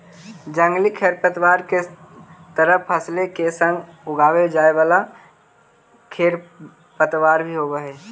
जंगली खेरपतवार के तरह फसलों के संग उगवे जावे वाला खेरपतवार भी होवे हई